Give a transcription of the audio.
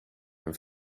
een